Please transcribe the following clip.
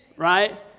Right